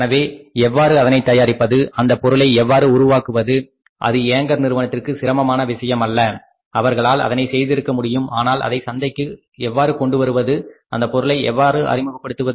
எனவே எவ்வாறு அதனை தயாரிப்பது அந்த பொருளை எவ்வாறு உருவாக்குவது அது ஏங்கர் நிறுவனத்திற்கு சிரமமான விஷயம் அல்ல அவர்களால் அதனை செய்திருக்க முடியும் ஆனால் அதை சந்தைக்கு எவ்வாறு கொண்டு வருவது அந்தப் பொருளை எவ்வாறு அறிமுகப்படுத்துவது